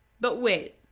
but wait!